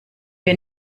wir